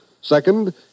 Second